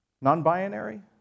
Non-binary